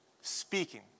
speaking